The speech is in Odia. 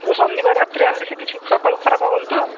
ଶନିବାର ରାତିରେ ଆଣିଲେ ସେ କିଛି ସକାଳୁ ଖରାପ୍ ହେବନି ତ